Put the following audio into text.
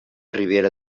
ribera